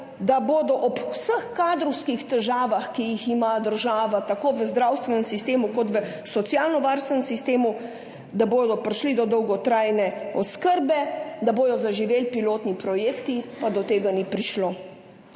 da bodo ob vseh kadrovskih težavah, ki jih ima država, tako v zdravstvenem sistemu kot v socialnovarstvenem sistemu, prišli do dolgotrajne oskrbe, da bodo zaživeli pilotni projekti, pa do tega ni prišlo.